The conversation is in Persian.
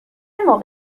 موقع